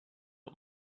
not